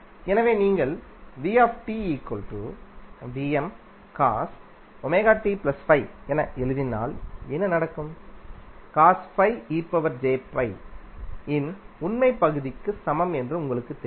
எனவே நீங்கள் என எழுதினால் என்ன நடக்கும் இன் உண்மை பகுதிக்குச் சமம்என்று உங்களுக்குத் தெரியும்